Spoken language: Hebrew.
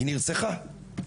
היא נרצחה.